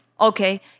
Okay